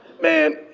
man